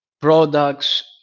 products